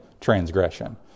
transgression